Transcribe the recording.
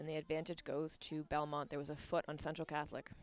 and the advantage goes to belmont there was a foot on central catholic